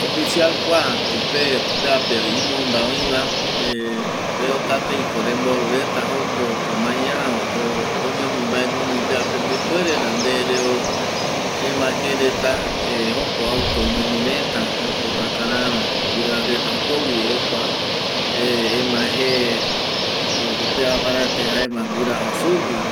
Oficial kua atu, pe tu peape imonda oi va eh reo tatei ko rembori reta joko tu maia oñomi mbae guinoi peape, ndepuere ra nde reo remae je reta eh jokua auto oñomi reta, joko takarara guira reta jokogui vi ekua eh emae je porque pea paraete jaema guiraja sugui